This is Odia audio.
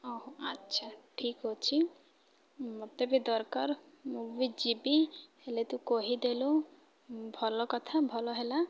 ଅହ ଆଚ୍ଛା ଠିକ୍ ଅଛି ମୋତେ ବି ଦରକାର ମୁଁ ବି ଯିବି ହେଲେ ତୁ କହିଦେଲୁ ଭଲ କଥା ଭଲ ହେଲା